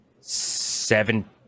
seven